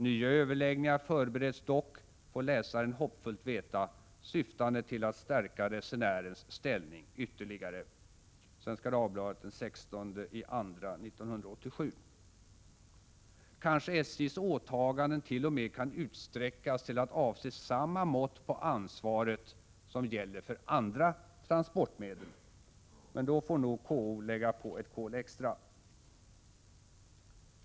Nya överläggningar förbereds dock, får läsaren av Svenska Dagbladet den 16 februari 1987 hoppfullt veta, syftande till att stärka resenärens ställning ytterligare. Kanske SJ:s åtaganden t.o.m. kan utsträckas till att avse samma mått på ansvar som gäller för andra transportmedel. Men då får nog KO lägga på ett kol extra.